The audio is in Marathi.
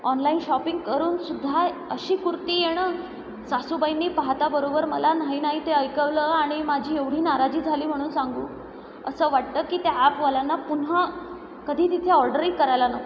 ऑनलाइन शॉपिंग करून सुद्धा अशी कुर्ती येणं सासूबाईंनी पाहता बरोबर मला नाही नाही ते ऐकवलं आणि माझी एवढी नाराजी झाली म्हणून सांगू असं वाटतं की त्या ॲपवाल्यांना पुन्हा कधी तिथे ऑर्डरी करायला नको